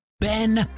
Ben